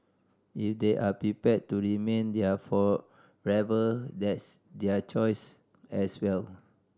if they are prepared to remain there forever that's their choice as well